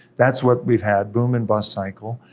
that's what we've had, boom and bust cycle.